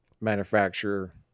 manufacturer